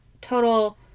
total